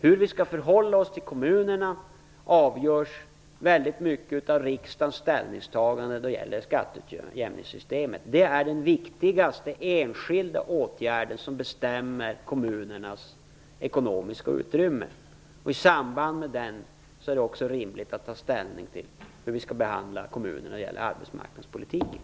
Hur vi skall förhålla oss till kommunerna avgörs i väldigt hög grad av riksdagens ställningstagande i fråga om skatteutjämningssystemet. Det är den viktigaste enskilda åtgärden som bestämmer kommunernas ekonomiska utrymme. I samband med den är det också rimligt att ta ställning till hur vi skall behandla kommunerna när det gäller arbetsmarknadspolitiken.